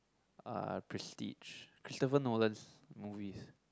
uh Prestige Christopher Nolan's movies